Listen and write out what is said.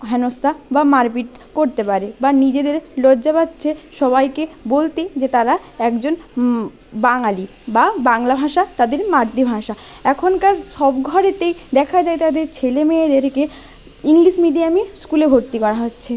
হেনস্তা বা মারপিট করতে পারে বা নিজেদের লজ্জা পাচ্ছে সবাইকে বলতে যে তারা একজন বাঙালি বা বাংলা ভাষা তাদের মাতৃভাষা এখনকার সব ঘরেতেই দেখা যায় তাদের ছেলে মেয়েদেরকে ইংলিশ মিডিয়ামে স্কুলে ভর্তি করা হচ্ছে